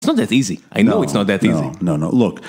זה לא כל כך יפה, אני יודע שזה לא כל כך יפה לא, לא, תראה...